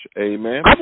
Amen